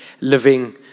living